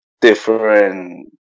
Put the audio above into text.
different